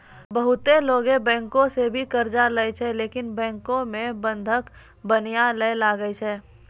बहुते लोगै बैंको सं भी कर्जा लेय छै लेकिन बैंको मे बंधक बनया ले लागै छै